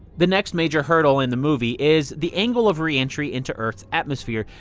the next major hurdle in the movie is the angle of re-entry into earth's atmosphere.